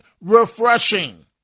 refreshing